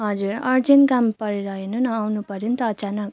हजुर अर्जेन्ट काम परेर हेर्नु न आउनुपर्यो नि त अचानक